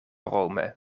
rome